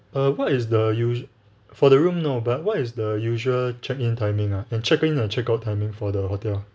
err what is the usu~ for the room no but what is the usual check in timing ah check in and check out timing for the hotel